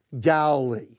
Galilee